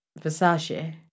Versace